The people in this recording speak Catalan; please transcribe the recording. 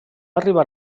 arribar